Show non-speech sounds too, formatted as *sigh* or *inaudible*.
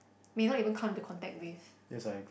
may not even come into contact with *breath*